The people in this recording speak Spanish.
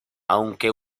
aunque